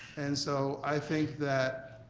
and so i think that